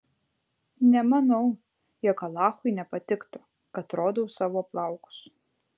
nemanau jog alachui nepatiktų kad rodau savo plaukus